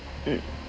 mm